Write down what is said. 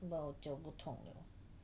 弄到我脚不痛了